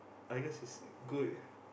Argus is good